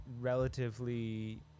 relatively